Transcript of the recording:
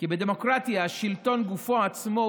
"כי בדמוקרטיה השלטון גופו עצמו,